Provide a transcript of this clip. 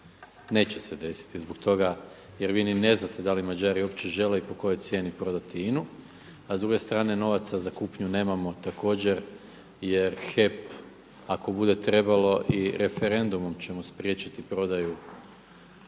neće se desiti i zbog toga jer vi ni ne znate da li Mađari uopće žele i po kojoj cijeni prodati INA-u, a s druge strane novaca za kupnju nemamo također jer HEP ako bude trebalo i referendumom ćemo spriječiti prodaju